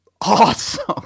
awesome